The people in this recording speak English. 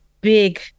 big